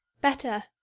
Better